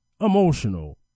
emotional